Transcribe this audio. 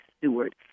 Stewart